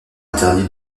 interdit